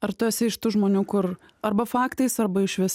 ar tu esi iš tų žmonių kur arba faktais arba išvis